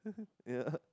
yeah